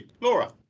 laura